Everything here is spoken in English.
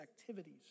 activities